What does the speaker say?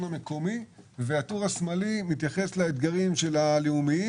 המקומי והטור השמאלי מתייחס לצרכים הלאומיים.